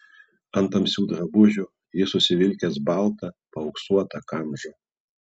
ant tamsių drabužių jis užsivilkęs baltą paauksuotą kamžą